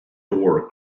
door